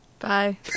Bye